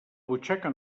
butxaca